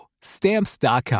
Stamps.com